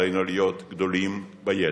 עלינו להיות גדולים בידע.